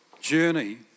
journey